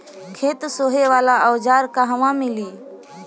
खेत सोहे वाला औज़ार कहवा मिली?